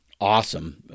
awesome